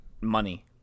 money